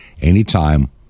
anytime